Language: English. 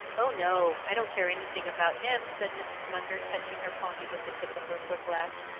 oh no i don't care anything about him, said mrs. munger, touching her pony with the tip of her whip-lash.